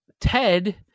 Ted